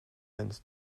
wens